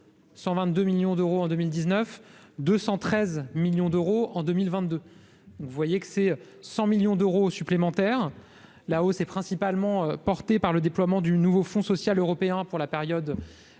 122 millions d'euros, et de 213 millions d'euros en 2022, soit 100 millions d'euros supplémentaires. Cette hausse est principalement portée par le déploiement du nouveau Fonds social européen (FSE) pour la période